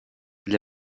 для